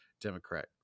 Democrat